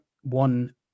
one